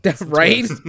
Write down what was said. Right